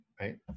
right